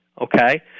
okay